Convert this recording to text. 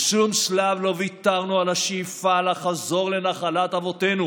בשום שלב לא ויתרנו על השאיפה לחזור לנחלת אבותינו